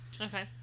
Okay